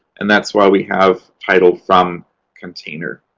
and that's why we have title from container.